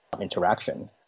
interaction